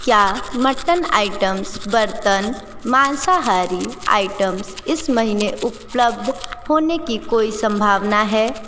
क्या mutton items बर्तन माँसाहारी आइटम्स इस महीने उपलब्ध होने की कोई संभावना है